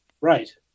Right